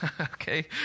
okay